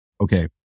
okay